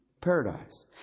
paradise